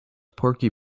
porky